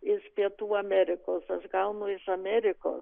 iš pietų amerikos aš gaunu iš amerikos